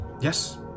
Yes